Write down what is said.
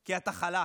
כי אתה חלש,